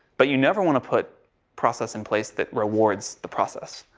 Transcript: but you never want to put process in place that rewards the process.